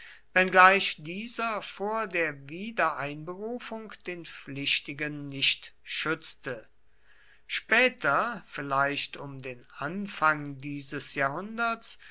wenngleich dieser vor der wiedereinberufung den pflichtigen nicht schützte später vielleicht um den anfang dieses jahrhunderts